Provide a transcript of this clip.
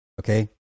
Okay